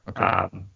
Okay